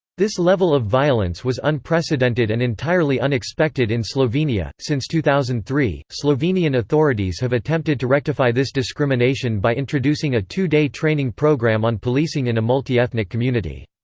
this level of violence was unprecedented and entirely unexpected in slovenia since two thousand and three, slovenian authorities have attempted to rectify this discrimination by introducing a two-day training programme on policing in a multi-ethnic community.